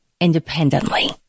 independently